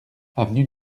avenue